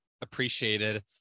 appreciated